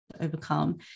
overcome